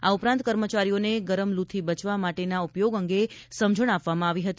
આ ઉપરાંત કર્મચારીઓને ગરમ લૂથી બચવા માટેના ઉપાયોગ અંગે સમજણ આપવામાં આવી હતી